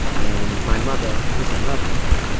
and my mother was in love with him.